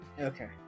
Okay